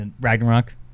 Ragnarok